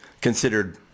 considered